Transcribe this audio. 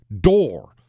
door